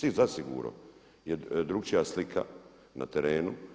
Cilj zasigurno je drukčija slika na terenu.